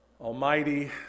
Almighty